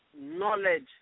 knowledge